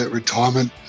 retirement